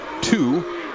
two